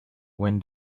when